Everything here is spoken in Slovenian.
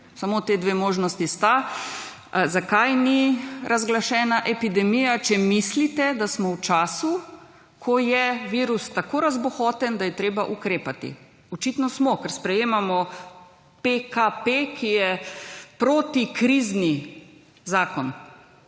Samo te 2 možnosti sta. Zakaj ni razglašena epidemija, če mislite, da smo v času, ko je virus tako razbohoten, da je treba ukrepati? Očitno smo, ker sprejemamo PKP, ki je proti krizni zakon.